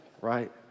right